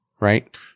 right